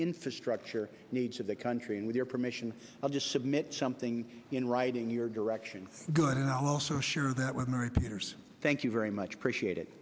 infrastructure needs of the country and with your permission i'll just submit something in writing your direction good also sure that we're thank you very much appreciate it